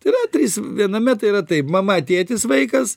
tai yra trys viename tai yra taip mama tėtis vaikas